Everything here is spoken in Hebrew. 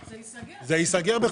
זה ייסגר.